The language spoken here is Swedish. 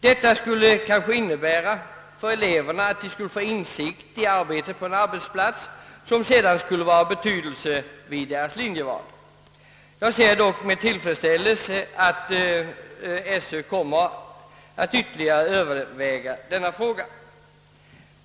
Detta skulle kanske innebära att eleverna får insikt i arbetet på en arbetsplats, vilket sedan skulle kunna vara av betydelse för deras linjeval. Jag ser dock med tillfredsställelse att skolöverstyrelsen kommer att ytterligare överväga denna fråga.